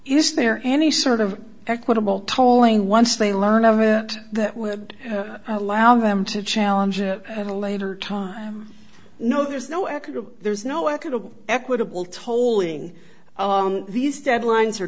is there any sort of equitable tolling once they learn of it that would allow them to challenge it at a later time no there's no accident there's no equitable equitable toll in these deadlines or